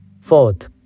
Fourth